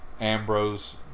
Ambrose